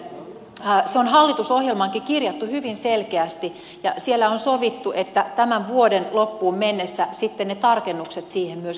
se on hallitusohjelmaankin kirjattu hyvin selkeästi ja siellä on sovittu että tämän vuoden loppuun mennessä ne tarkennukset siihen myöskin tehdään